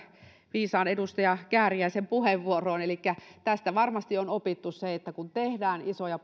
viisaan edustaja kääriäisen puheenvuoroon elikkä tästä varmasti on opittu se että kun tehdään isoja